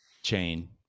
chain